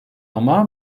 ama